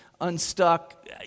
unstuck